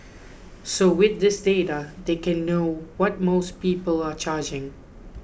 so with this data they can know what most people are charging